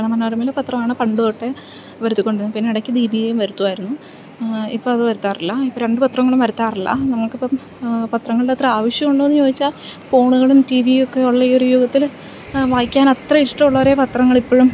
മലയാള മനോരമയിൽ പത്രമാണ് പണ്ട് തൊട്ടെ വരുത്തി കൊണ്ടിരുന്നത് പിന്നെ ഇടയ്ക്ക് ദീപികയും വരുത്തുമായിരുന്നു ഇപ്പോൾ അത് വരുത്താറില്ല ഇപ്പോൾ രണ്ട് പത്രങ്ങളും വരുത്താറില്ല നമുക്ക് ഇപ്പം പത്രങ്ങളുടെ അത്ര ആവശ്യം ഉണ്ടോന്ന് ചോദിച്ചാൽ ഫോണുകളും ടി വിയു ഒക്കെ ഉള്ള ഈ ഒരു യുഗത്തിൽ വായിക്കാൻ അത്ര ഇഷ്ടമുള്ളവരെ പത്രങ്ങൾ ഇപ്പൊഴും